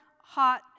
hot